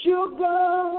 Sugar